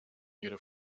ihrer